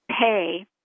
pay